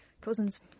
Cousins